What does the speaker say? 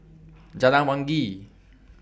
Jalan Wangi